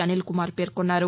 అనిల్ కుమార్ పేర్కొన్నారు